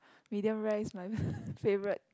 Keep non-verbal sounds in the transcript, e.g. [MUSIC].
medium rare is my [LAUGHS] favourite